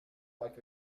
like